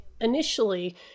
initially